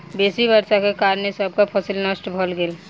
बेसी वर्षाक कारणें सबटा फसिल नष्ट भ गेल